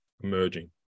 emerging